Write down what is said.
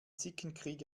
zickenkrieg